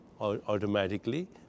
automatically